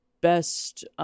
best